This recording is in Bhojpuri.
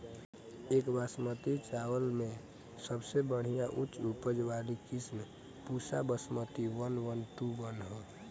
एक बासमती चावल में सबसे बढ़िया उच्च उपज वाली किस्म Pusa Basmati one one two one ह?